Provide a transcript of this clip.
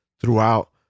throughout